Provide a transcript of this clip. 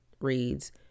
reads